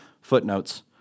footnotes